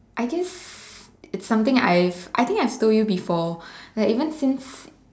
I guess it's something I've I think I've told you before like even since